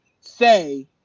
say